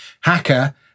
hacker